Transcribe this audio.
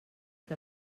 que